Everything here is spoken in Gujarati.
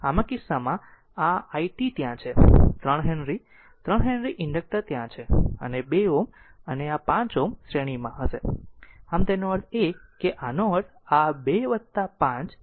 આમ આ કિસ્સામાં આ i t ત્યાં છે 3 હેનરી 3 હેનરી ઇન્ડક્ટર ત્યાં છે અને આ 2 Ω અને 5 Ω શ્રેણીમાં હશે આમ તેનો અર્થ એ કે આનો અર્થ આ 2 5 છે